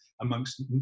amongst